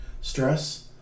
Stress